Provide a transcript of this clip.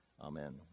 Amen